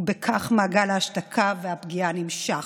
ובכך מעגל ההשתקה והפגיעה נמשך".